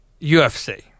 UFC